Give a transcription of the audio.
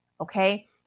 Okay